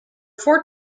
four